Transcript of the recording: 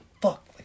fuck